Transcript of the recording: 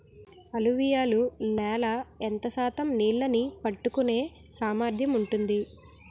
అలువియలు నేల ఎంత శాతం నీళ్ళని పట్టుకొనే సామర్థ్యం ఉంటుంది?